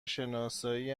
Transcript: شناسایی